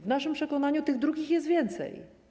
W naszym przekonaniu tych drugich jest więcej.